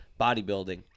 bodybuilding